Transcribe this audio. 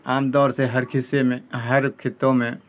عام دور سے ہر کھسے میں ہر خطوں میں